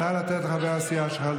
נא לתת לו לדבר.